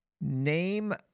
name